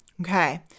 okay